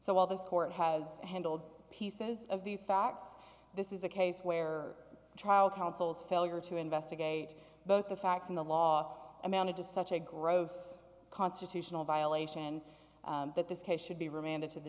while this court has handled pieces of these facts this is a case where the trial counsel's failure to investigate both the facts and the law amounted to such a gross constitutional violation that this case should be remanded to the